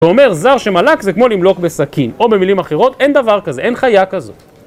הוא אומר, זר שמלק זה כמו למלוק בסכין. או במילים אחרות, אין דבר כזה, אין חיה כזאת.